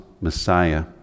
Messiah